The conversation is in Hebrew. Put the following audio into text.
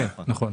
נכון.